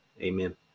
Amen